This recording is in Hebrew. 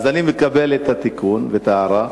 ואני מקבל את התיקון ואת ההערה,